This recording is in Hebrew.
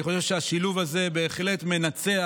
אני חושב שהשילוב הזה בהחלט מנצח.